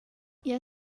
jeu